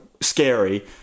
scary